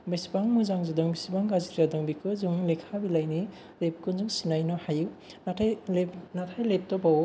बेसेबां मोजां जादों बेसेबां गाज्रि जादों बेखौ जों लेखा बिलाइनि रेबगं जों सिनायनो हायो नाथाय लेफथफआव